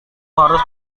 harus